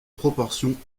proportions